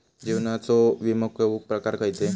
जीवनाचो विमो घेऊक प्रकार खैचे?